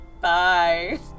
Bye